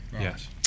yes